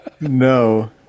No